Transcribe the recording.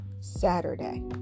Saturday